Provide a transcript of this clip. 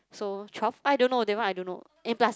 so twelve I don't know that one I don't know and plus